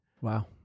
Wow